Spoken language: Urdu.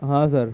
ہاں سر